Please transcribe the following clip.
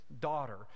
daughter